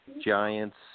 Giants